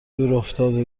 دورافتاده